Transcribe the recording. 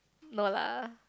no lah